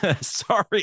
sorry